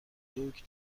دوگ